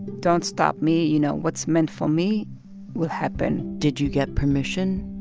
don't stop me. you know, what's meant for me will happen did you get permission?